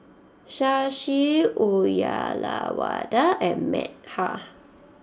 Shashi Uyyalawada and Medha